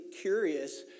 curious